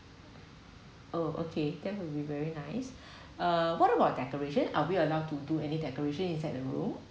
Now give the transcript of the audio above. uh okay then will be very nice ah what about decoration are we allowed to do any decoration inside the room